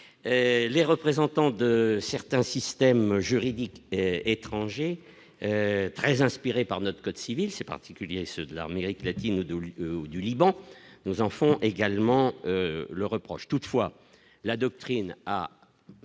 les représentants de certains systèmes juridiques étrangers très inspiré par notre code civil c'est particulier, ceux de l'armée grecque, latine ou de l'ou du Liban, nous en font également le reproche toutefois la doctrine a